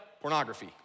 pornography